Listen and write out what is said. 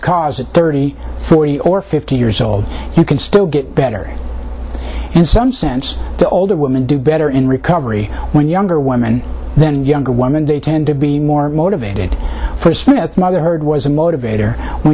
cause at thirty forty or fifty years old you can still get better and some sense to older women do better in recovery when younger women then younger woman they tend to be more motivated for smith mother heard was a motivator when